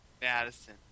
Madison